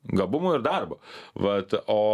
gabumų ir darbo vat o